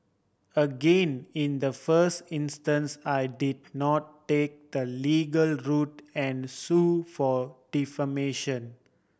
again in the first instance I did not take the legal route and sue for defamation